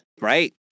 Right